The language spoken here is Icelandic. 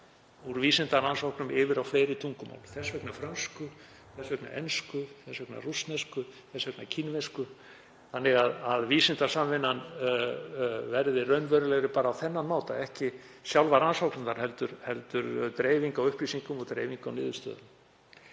úr vísindarannsóknum yfir á fleiri tungumál, þess vegna frönsku, ensku, rússnesku, kínversku, þannig að vísindasamvinnan verði raunverulegri á þennan máta, ekki sjálfar rannsóknirnar heldur dreifing á upplýsingum og dreifing á niðurstöðum.